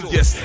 Yes